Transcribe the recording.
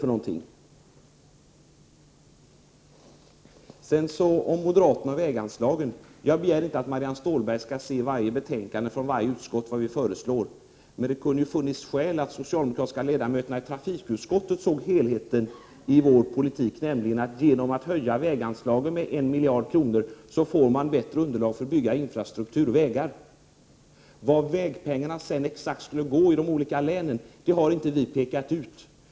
Jag begärde inte att Marianne Stålberg skulle veta vad moderaterna föreslår i varje betänkande från varje utskott, men det finns nog skäl till att de socialdemokratiska ledamöterna i trafikutskottet såg helheten i vår politik. Om man höjer väganslagen med 1 miljard kronor får man nämligen bättre underlag för att bygga infrastruktur och vägar. Till vilka projekt som pengarna skulle gå i de olika länen har vi inte pekat ut.